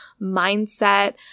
mindset